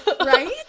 Right